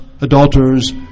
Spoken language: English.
adulterers